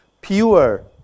pure